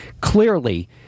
Clearly